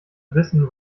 wissen